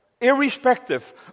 irrespective